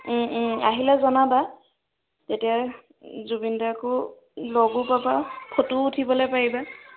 আহিলে জনাবা তেতিয়া জুবিনদাকো লগো পাবা ফটোও উঠিবলৈ পাৰিবা